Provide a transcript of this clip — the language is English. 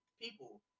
people